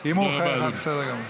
אה, אם הוא חלק אז זה בסדר גמור.